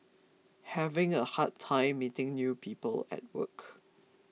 having a hard time meeting new people at work